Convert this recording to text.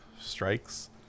strikes